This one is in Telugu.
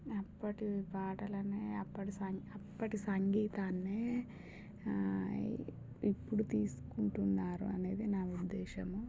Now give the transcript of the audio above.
అప్పటివి పాటలు అనేవి అప్పటి సంగీతం అప్పటి సంగీతాన్నే ఇప్పుడు తీసుకుంటున్నారు అనేది నా ఉద్దేశము